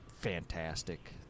fantastic